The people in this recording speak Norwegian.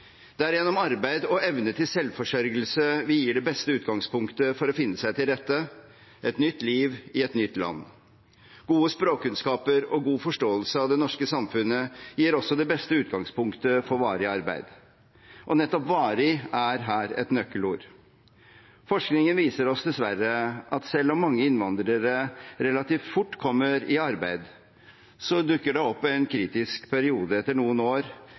Det er gjennom arbeid og evne til selvforsørgelse vi gir det beste utgangspunktet for å finne seg til rette – i et nytt liv i et nytt land. Gode språkkunnskaper og god forståelse av det norske samfunnet gir også det beste utgangspunktet for varig arbeid. Og nettopp «varig» er her et nøkkelord. Forskningen viser oss dessverre at selv om mange innvandrere relativt fort kommer i arbeid, dukker det opp en kritisk periode etter noen år